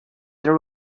there